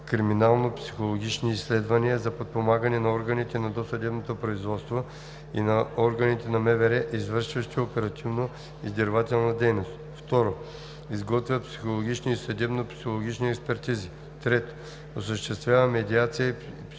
криминално-психологични изследвания за подпомагане на органите на досъдебното производство и на органите на МВР, извършващи оперативно-издирвателна дейност; 2. изготвя психологични и съдебно-психологични експертизи; 3. осъществява медиация и психологични интервенции